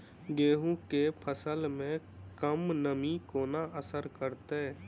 गेंहूँ केँ फसल मे कम नमी केना असर करतै?